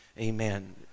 Amen